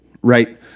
right